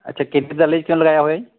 ਅੱਛਾ ਲਗਾਇਆ ਹੋਇਆ